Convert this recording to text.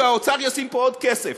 שהאוצר ישים פה עוד כסף.